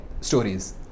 stories